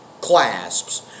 clasps